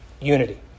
unity